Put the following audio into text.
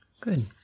Good